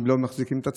הם לא מחזיקים את עצמם.